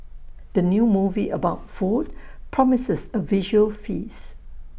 the new movie about food promises A visual feast